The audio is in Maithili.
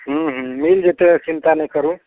हूँ हूँ मिल जेतै चिंता नहि करू